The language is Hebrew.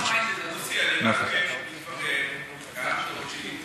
אם כבר, אותי אני